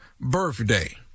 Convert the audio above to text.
birthday